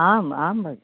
आम् आं भोः